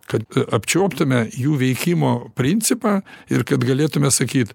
kad apčiuoptume jų veikimo principą ir kad galėtume sakyt